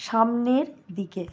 সামনের দিকে